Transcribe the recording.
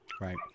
right